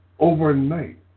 overnight